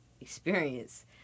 experience